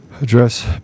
Address